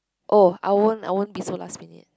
oh I won't I won't be so last minute